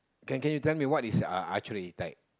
can can you tell me what is uh archery like